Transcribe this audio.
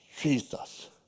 Jesus